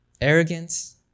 arrogance